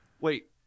Wait